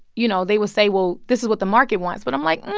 you know, they would say, well, this is what the market wants. but i'm like hmm,